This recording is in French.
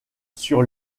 sur